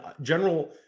general